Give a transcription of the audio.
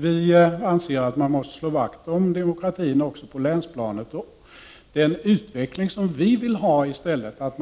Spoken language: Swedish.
Vi anser att man måste slå vakt om demokratin också på länsplanet. Den utveckling som vi vill ha är